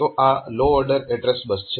તો આ લો ઓર્ડર એડ્રેસ બસ છે